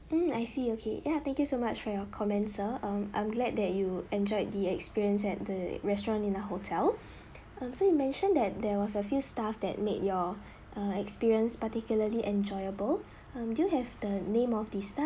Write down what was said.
mm I see okay ya thank you so much for your commend sir um I'm glad that you enjoyed the experience at the restaurant in the hotel um so you mentioned that there was a few staff that made your err experience particularly enjoyable um do you have the name of the staff